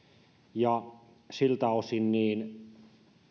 ja siltä osin